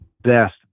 best